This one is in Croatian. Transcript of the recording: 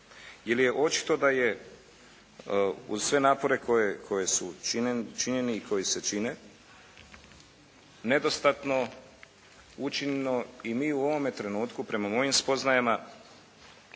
jer je očito da uz sve napore koji su činjeni i koji se čine nedostatno učinjeno. I mi u ovom trenutku prema mojim spoznajama